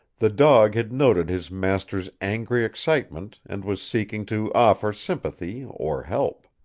the dog had noted his master's angry excitement and was seeking to offer sympathy or help.